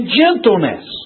gentleness